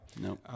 No